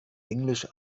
englisch